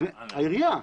העירייה.